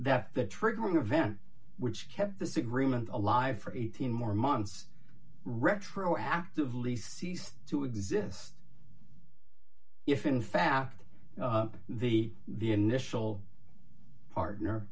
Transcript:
that the triggering event which kept this agreement alive for eighteen more months retroactively ceased to exist if in fact the the initial partner